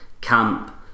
camp